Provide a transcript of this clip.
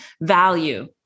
value